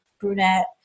brunette